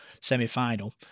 semi-final